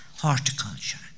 horticulture